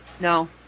No